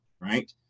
right